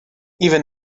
even